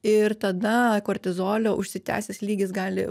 ir tada kortizolio užsitęsęs lygis gali